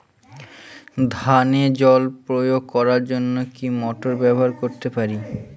ধানে জল প্রয়োগ করার জন্য কি মোটর ব্যবহার করতে পারি?